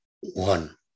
One